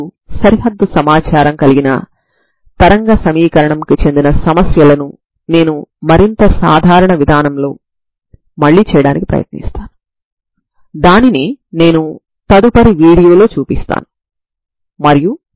తర్వాత వీడియో లో మనం తరంగ సమీకరణానికి సంబంధించిన ఇతర సమస్యలను చూద్దాం మరియు ప్రారంభ సమాచారం వృత్తాకార డొమైన్ లో ఉన్న టూ డైమెన్షనల్ తరంగ సమీకరణాన్ని చూద్దాం సరేనా